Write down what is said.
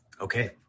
Okay